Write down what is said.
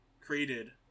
created